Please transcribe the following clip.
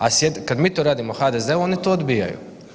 A .../nerazumljivo/... kad mi to radimo HDZ-u oni to odbijaju.